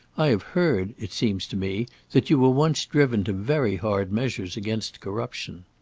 i have heard, it seems to me, that you were once driven to very hard measures against corruption.